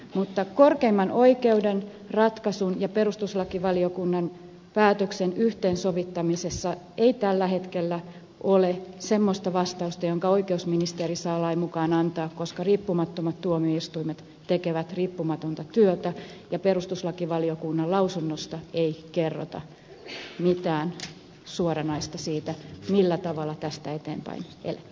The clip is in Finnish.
mutta korkeimman oikeuden ratkaisun ja perustuslakivaliokunnan päätöksen yhteensovittamisessa ei tällä hetkellä ole semmoista vastausta jonka oikeusministeri saa lain mukaan antaa koska riippumattomat tuomioistuimet tekevät riippumatonta työtä ja perustuslakivaliokunnan lausunnossa ei kerrota mitään suoranaista siitä millä tavalla tästä eteenpäin elle